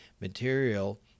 material